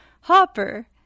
Hopper